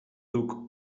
duk